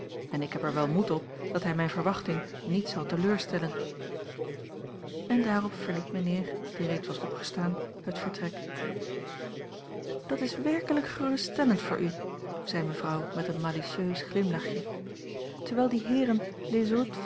en ik heb er wel moed op dat hij mijne verwachting niet zal teleurstellen en daarop verliet mijnheer die reeds was opgestaan het vertrek dat is werkelijk geruststellend voor u zei mevrouw met een malicieus glimlachje terwijl die heeren